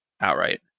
outright